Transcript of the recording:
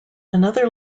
another